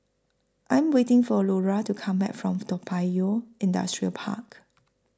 I Am waiting For Lura to Come Back from Toa Payoh Industrial Park